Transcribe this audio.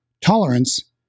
tolerance